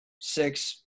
six